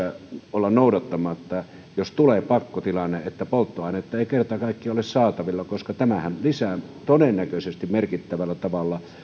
olla noudattamatta jos tulee pakkotilanne että polttoainetta ei kerta kaikkiaan ole saatavilla koska tämähän lisää todennäköisesti merkittävällä tavalla